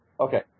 Okay